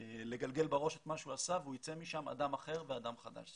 לגלגל בראש את מה שהוא עשה והוא יצא משם אדם אחר ואדם חדש.